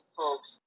folks